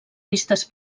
vistes